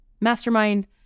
mastermind